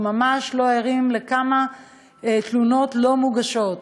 אנחנו ממש לא יודעים כמה תלונות לא מוגשות,